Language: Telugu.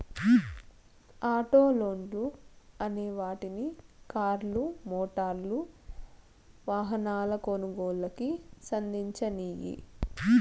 ఆటో లోన్లు అనే వాటిని కార్లు, మోటారు వాహనాల కొనుగోలుకి సంధించినియ్యి